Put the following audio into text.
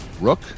Rook